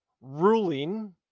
ruling